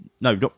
No